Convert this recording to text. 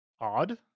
odd